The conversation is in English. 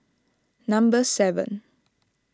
number seven